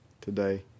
today